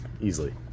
easily